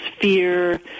fear